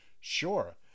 sure